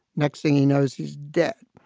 next thing he knows, he's dead.